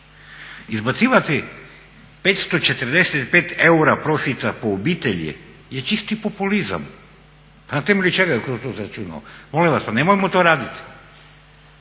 Izbacivati 545 eura profita po obitelji je čisti populizam. Na temelju čega je to izračunao? Molim vas, pa nemojmo to raditi.